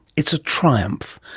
it's a triumph,